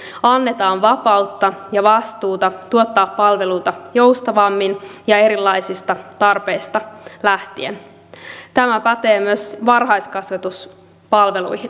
annetaan vapautta ja vastuuta tuottaa palveluita joustavammin ja erilaisista tarpeista lähtien tämä pätee myös varhaiskasvatuspalveluihin